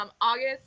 August